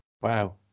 Wow